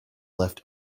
left